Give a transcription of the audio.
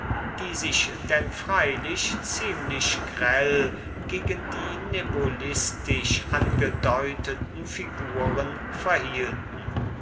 die sich denn freilich ziemlich grell gegen die nebulistisch angedeuteten figuren verhielten